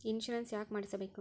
Insurance ಯಾಕ್ ಮಾಡಿಸಬೇಕು?